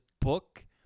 book